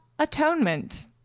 Atonement